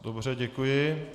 Dobře, děkuji.